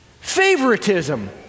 Favoritism